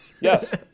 Yes